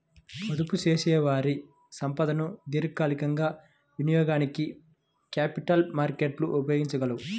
పొదుపుచేసేవారి సంపదను దీర్ఘకాలికంగా వినియోగానికి క్యాపిటల్ మార్కెట్లు ఉపయోగించగలవు